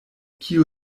kio